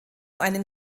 einen